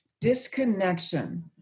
disconnection